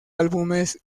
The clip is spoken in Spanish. álbumes